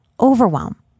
overwhelm